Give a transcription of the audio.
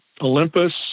Olympus